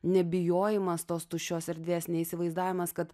nebijojimas tos tuščios erdvės neįsivaizdavimas kad